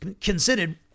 considered